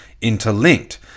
interlinked